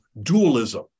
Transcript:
dualism